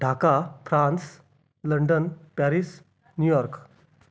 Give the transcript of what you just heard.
Dhaka France London Paris New York